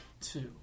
Two